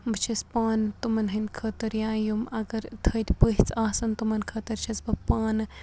بہٕ چھَس پانہٕ تمَن ہِنٛدِ خٲطرٕ یا یِم اگر تھٔدۍ پٔژھۍ آسَن تمَن خٲطرٕ چھَس بہٕ پانہٕ